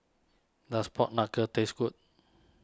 does Pork Knuckle taste good